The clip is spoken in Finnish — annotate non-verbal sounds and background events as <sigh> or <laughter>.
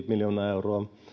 <unintelligible> miljoonaa euroa